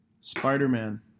Spider-Man